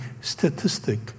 statistic